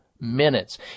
minutes